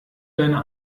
deine